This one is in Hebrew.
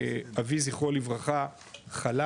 אבי זכרו לברכה חלה